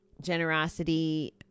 generosity